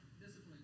Discipline